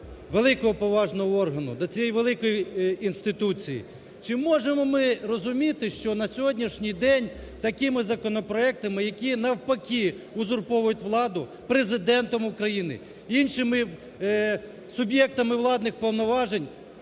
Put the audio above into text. великого поважного органу, до цієї великої інституції. Чи можемо ми розуміти, що на сьогоднішній день такими законопроектами, які навпаки узурповують владу Президентом України, іншими суб'єктами владних повноважень